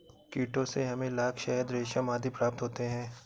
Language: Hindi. कीटों से हमें लाख, शहद, रेशम आदि प्राप्त होते हैं